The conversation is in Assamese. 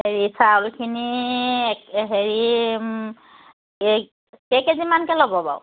হেৰি চাউলখিনি হেৰি কেজিমানকৈ ল'ব বাৰু